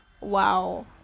wow